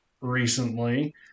recently